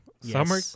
summer